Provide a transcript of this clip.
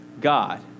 God